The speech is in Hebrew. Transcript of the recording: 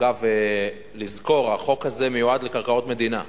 אגב, לזכור, החוק הזה מיועד לקרקעות מדינה,